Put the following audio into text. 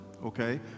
Okay